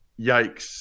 Yikes